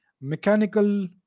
mechanical